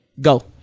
go